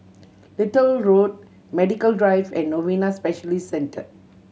Little Road Medical Drive and Novena Specialist Center